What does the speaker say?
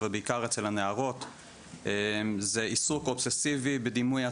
אבל בעיקר אצל הנערות זה עיסוק אובססיבי בדימוי עצמי,